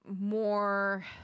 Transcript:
more